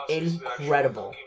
incredible